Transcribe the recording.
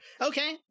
Okay